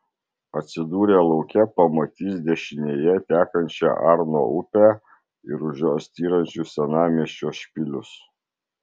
atsidūrę lauke pamatys dešinėje tekančią arno upę ir už jos styrančius senamiesčio špilius